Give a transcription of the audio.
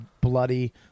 bloody